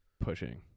pushing